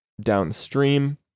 downstream